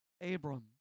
Abram